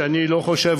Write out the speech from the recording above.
שאני לא חושב,